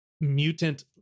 mutant